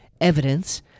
evidence